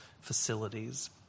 facilities